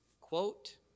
quote